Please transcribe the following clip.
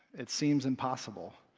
it seems impossible.